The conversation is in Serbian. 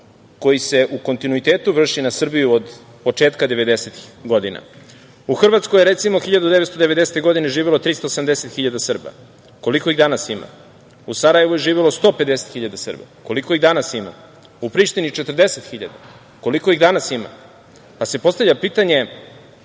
koji se u kontinuitetu vrši na Srbiju od početka devedesetih godina. U Hrvatskoj je recimo 1990. godine živelo 380 hiljada Srba. Koliko ih danas ima? U Sarajevu je živelo 150 hiljada Srba. Koliko ih danas ima? U Prištini 40 hiljada. Koliko ih danas ima? Postavlja se pitanje,